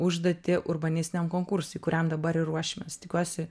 užduotį urbanistiniam konkursui kuriam dabar ir ruošimės tikiuosi